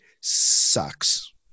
sucks